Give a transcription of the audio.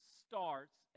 starts